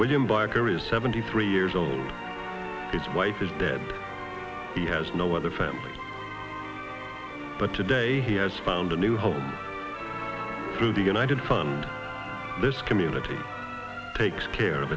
william barker is seventy three years old his wife is dead he has no other family but today he has found a new home through the united fund this community takes care of